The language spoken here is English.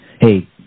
hey